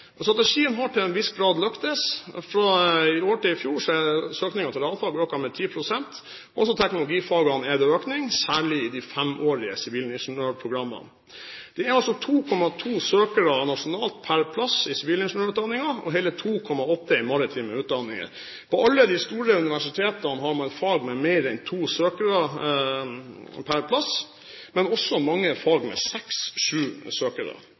og teknologifag. Strategien har til en viss grad lyktes – fra i år til i fjor er søkningen til realfag økt med 10 pst. Også i teknologifagene er det økning, særlig i de femårige sivilingeniørprogrammene. Det er 2,2 søkere nasjonalt per plass til sivilingeniørutdanningen, og hele 2,8 til maritime utdanninger. På alle de store universitetene har man fag med mer enn to søkere per plass, men også mange fag med seks–sju søkere.